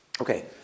Okay